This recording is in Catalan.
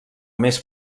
més